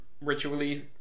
Ritually